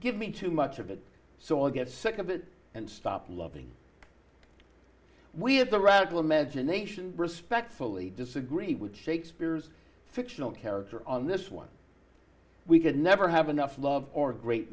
give me too much of it so i get sick of it and stop loving we have the radical imagination respectfully disagree with shakespeare's fictional character on this one we could never have enough love or great